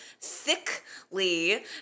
thickly